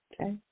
okay